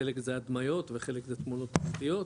חלק זה הדמיות וחלק זה תמונות שבעצם